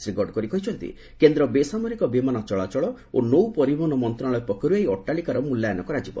ଶ୍ରୀ ଗଡ଼କରୀ କହିଛନ୍ତି କେନ୍ଦ୍ର ବେସାମରିକ ବିମାନ ଚଳାଚଳ ଓ ନୌ ପରିବହନ ମନ୍ତ୍ରଶାଳୟ ପକ୍ଷରୁ ଏହି ଅଟ୍ଟାଳିକାର ମୂଲ୍ୟାୟନ କରାଯିବ